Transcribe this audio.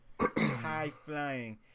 High-flying